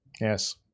yes